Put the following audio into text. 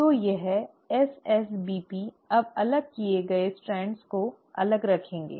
तो यह SSBPs अब अलग किए गए स्ट्रैंड्स को अलग रखेंगे